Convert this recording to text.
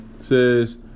says